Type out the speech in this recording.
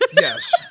Yes